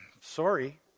sorry